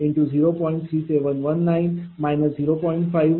02 0